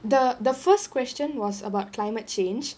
the the first question was about climate change